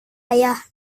ayah